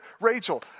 Rachel